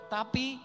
Tapi